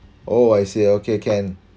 oh I see okay can